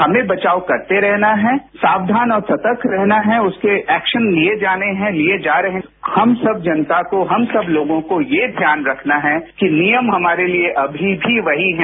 हमें बचाव करते रहना है सावधान और सतर्क रहना है उसके ऐक्शन लिए जाने हैं लिए जा रहे हैं हम सब जनता को हम सब लोगों को ये ध्यान रखना है कि नियम हमारे लिए अभी भी वही हैं